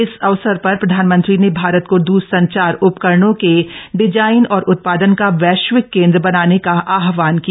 इस अवसर पर प्रधानमंत्री ने भारत को दूरसंचार उपकरणों के डिजाइन और उत्पादन का वैश्विक केन्द्र बनाने का आहवान किया